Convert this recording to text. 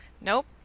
Nope